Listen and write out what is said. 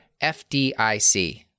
FDIC